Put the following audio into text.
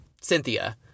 Cynthia